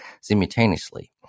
simultaneously